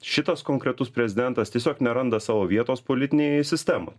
šitas konkretus prezidentas tiesiog neranda savo vietos politinėj sistemoj